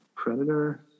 Predator